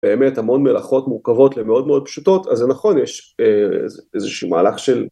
באמת המון מלאכות מורכבות למאוד מאוד פשוטות, אז זה נכון, יש איזה שהוא מהלך של...